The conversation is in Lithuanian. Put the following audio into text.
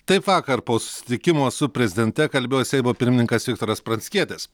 taip vakar po susitikimo su prezidente kalbėjo seimo pirmininkas viktoras pranckietis